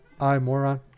I-Moron